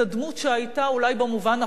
אולי במובן הפחות ממלכתי,